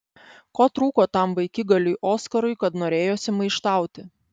ko trūko tam vaikigaliui oskarui kad norėjosi maištauti